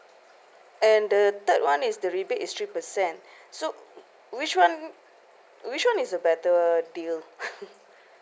and the third one is the rebate is three percent so which one which one is a better deal